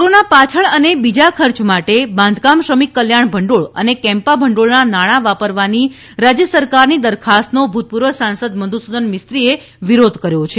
corona પાછળ અને બીજા ખર્ચ માટે બાંધકામ શ્રમિક કલ્યાણ ભંડોળ અને કેમ્પા ભંડીળના નાણાં વાપરવાની રાજ્ય સરકારની દરખાસ્તનો ભૂતપુર્વ સાંસદ મધુસૂદન મિસ્ત્રીએ વિરોધ કર્યો છે